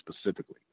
specifically